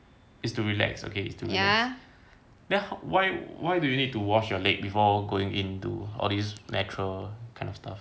is to relax okay it's too relax then why why do you need to wash your leg before going in to all these natural kind of stuff